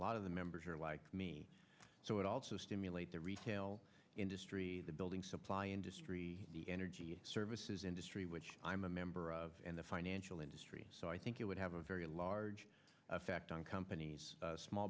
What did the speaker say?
lot of the members here like me so it also stimulate the retail industry the building supply industry the energy services industry which i'm a member of the financial industry so i think it would have a very large effect on companies small